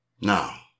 Now